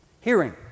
hearing